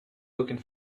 looking